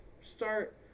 start